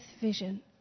vision